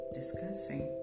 discussing